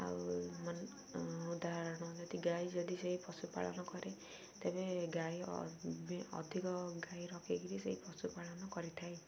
ଆଉ ଉଦାହରଣ ଯଦି ଗାଈ ଯଦି ସେଇ ପଶୁପାଳନ କରେ ତେବେ ଗାଈ ଅଧିକ ଗାଈ ରଖିକିରି ସେଇ ପଶୁପାଳନ କରିଥାଏ